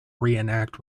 reenact